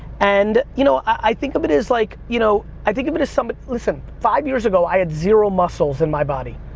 and, you know, i think of it as, like, you know, i think of it as, so but listen, five years ago, i had zero muscles in my body.